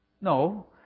no